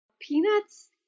Peanuts